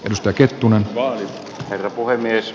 risto kettunen varapuhemies